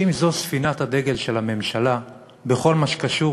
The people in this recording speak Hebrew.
שאם זו ספינת הדגל של הממשלה בכל מה שקשור